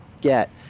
get